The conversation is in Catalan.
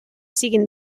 siguin